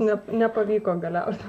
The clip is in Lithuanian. ne nepavyko galiausiai